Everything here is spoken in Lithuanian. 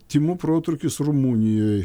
tymų protrūkis rumunijoj